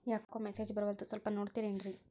ಯಾಕೊ ಮೆಸೇಜ್ ಬರ್ವಲ್ತು ಸ್ವಲ್ಪ ನೋಡ್ತಿರೇನ್ರಿ?